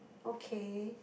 okay